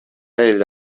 эле